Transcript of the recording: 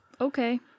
Okay